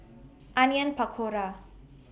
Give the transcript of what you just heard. Onion Pakora